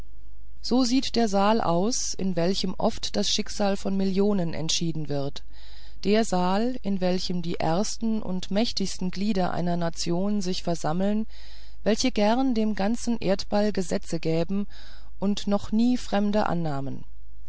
so sieht der saal aus in welchem oft das schicksal von millionen entschieden wird der saal in welchem die ersten und mächtigsten glieder einer nation sich versammeln welche gern dem ganzen erdball gesetze gäbe und noch nie fremde annahm